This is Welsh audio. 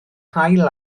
haul